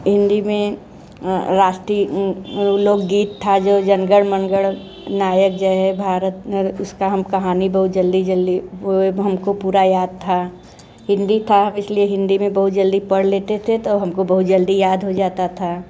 हिंदी में राष्ट्रीय लोकगीत था जो जन गण मन गण नायक जय भारत उसकी हम कहानी बहुत जल्दी जल्दी वो अब हम को पूरा याद थी हिंदी था इस लिए हिंदी में हम बहुत जल्दी पढ़ लेते थे तो हम को बहुत जल्दी याद हो जाता था